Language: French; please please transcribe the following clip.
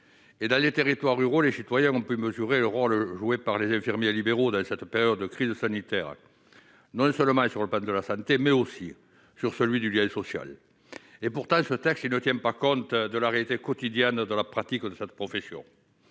et dans les territoires ruraux, les citoyens, on peut mesurer le rôle joué par les infirmiers libéraux dans cette période de crise de sanitaires non seulement sur le pas de la santé, mais aussi sur celui du vieil social et pourtant le Fatah qui ne tient pas compte de la réalité quotidienne dans la pratique de cette profession